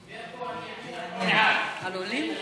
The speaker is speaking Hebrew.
על עולים?